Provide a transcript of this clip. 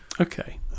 okay